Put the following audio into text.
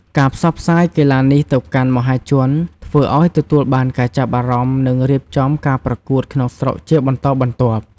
ការផ្សព្វផ្សាយកីឡានេះទៅកាន់មហាជន ធ្វើឲ្យទទួលបានការចាប់អារម្មណ៍ និងរៀបចំការប្រកួតក្នុងស្រុកជាបន្តបន្ទាប់។